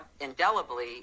indelibly